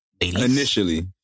initially